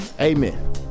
Amen